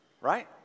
right